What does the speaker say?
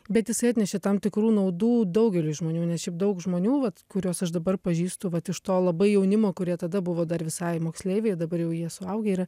bet jisai atnešė tam tikrų naudų daugeliui žmonių nes šiaip daug žmonių vat kuriuos aš dabar pažįstu vat iš to labai jaunimo kurie tada buvo dar visai moksleiviai o dabar jau jie suaugę yra